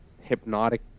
hypnotic